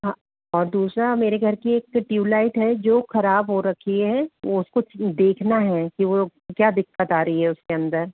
हाँ और दूसरा मेरे घर की एक जो ट्यूब लाइट है वो ख़राब हो रखी है वो उसको देखना है कि वो क्या दिक्कत आ रही है उसके अंदर